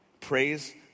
Praise